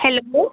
hello